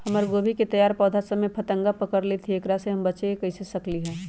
हमर गोभी के तैयार पौधा सब में फतंगा पकड़ लेई थई एकरा से हम कईसे बच सकली है?